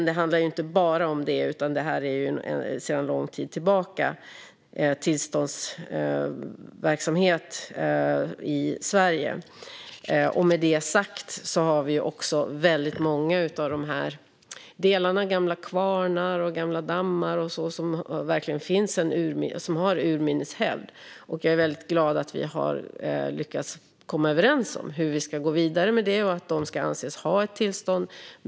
Det handlar dock inte bara om det, utan detta är en tillståndsverksamhet i Sverige som har funnits sedan lång tid tillbaka. Med detta sagt har många av dessa delar urminnes hävd. Det kan gälla gamla kvarnar och dammar. Jag är väldigt glad över att vi har lyckats komma överens om hur vi ska gå vidare med detta och att de ska anses ha ett tillstånd.